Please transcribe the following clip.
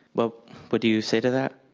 but what do you say to that?